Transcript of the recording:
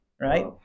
right